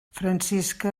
francisca